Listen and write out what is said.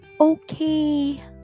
okay